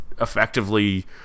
effectively